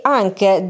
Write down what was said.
anche